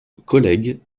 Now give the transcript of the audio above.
collègue